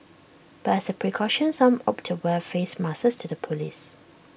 but as A precaution some opted to wear face masks to the polls